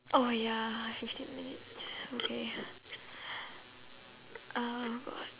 oh ya fifteen minutes okay oh god